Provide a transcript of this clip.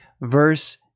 verse